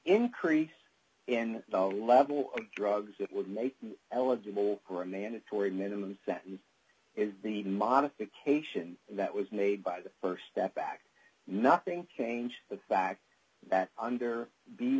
increase in the level of drugs it would make eligible for a mandatory minimum sentence is the modification that was made by the st step back nothing change the fact that under the